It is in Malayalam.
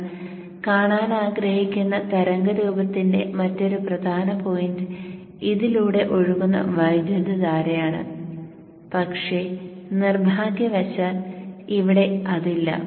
നമ്മൾ കാണാൻ ആഗ്രഹിക്കുന്ന തരംഗ രൂപത്തിന്റെ മറ്റൊരു പ്രധാന പോയിന്റ് ഇതിലൂടെ ഒഴുകുന്ന വൈദ്യുതധാരകളാണ് പക്ഷേ നിർഭാഗ്യവശാൽ ഇവിടെ അതില്ല